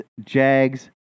Jags